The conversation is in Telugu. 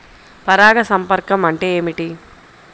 పరాగ సంపర్కం అంటే ఏమిటి?